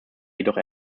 jedoch